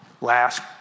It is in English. last